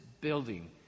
building